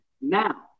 now